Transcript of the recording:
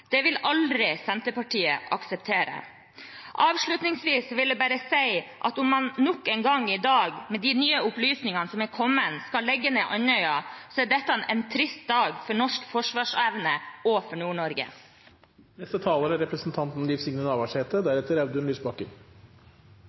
Det vil aldri Senterpartiet akseptere. Avslutningsvis vil jeg bare si at om man nok en gang i dag, med de nye opplysningene som er kommet, skal legge ned Andøya, er dette en trist dag for norsk forsvarsevne og for